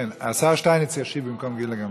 השר שטייניץ ישיב במקום גילה גמליאל.